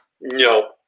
No